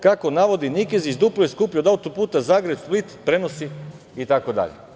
Kako navodi Nikezić duplo je skuplji od auto-puta Zagreb – Split prenosi itd.